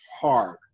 hard